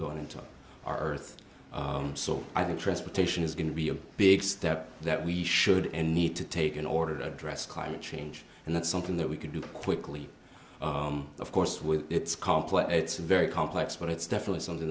going into our earth so i think transportation is going to be a big step that we should and need to take in order to address climate change and that's something that we can do quickly of course with it's complex it's very complex but it's definitely something